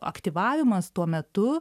aktyvavimas tuo metu